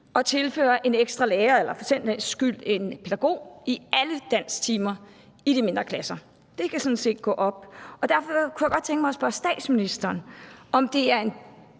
og tilføre en ekstra lærer eller for den sags skyld en pædagog i alle dansktimer i de mindre klasser. Det kan sådan set gå op. Derfor kunne jeg godt tænke mig at spørge statsministeren, om det er en